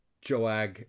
JOAG